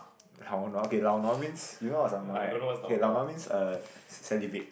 lao nuo okay lao nuo means you know what's lao nuo right okay lao nuo means salivate